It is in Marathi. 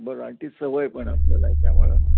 बरं आणि ती सवय पण आपल्याला आहे त्यामुळं